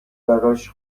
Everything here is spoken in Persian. براش